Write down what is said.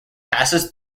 passes